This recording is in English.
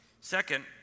second